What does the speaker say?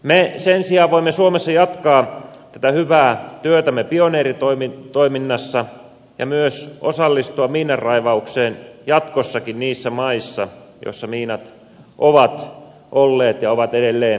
me sen sijaan voimme suomessa jatkaa tätä hyvää työtämme pioneeritoiminnassa ja myös osallistua miinanraivaukseen jatkossakin niissä maissa joissa miinat ovat olleet ja ovat edelleen ongelma